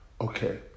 okay